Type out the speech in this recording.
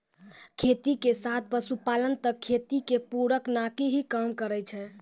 खेती के साथ पशुपालन त खेती के पूरक नाकी हीं काम करै छै